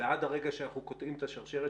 ועד הרגע שאנחנו קוטעים את השרשרת,